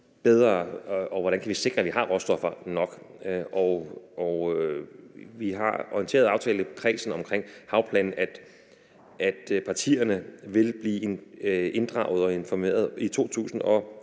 bedre og sikre, at vi har råstoffer nok. Vi har orienteret aftalekredsen omkring havplanen om, at partierne vil blive inddraget og informeret i 2025,